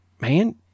man